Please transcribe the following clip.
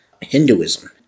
Hinduism